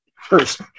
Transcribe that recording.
First